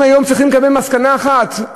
אנחנו היום צריכים לקבל מסקנה אחת,